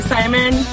Simon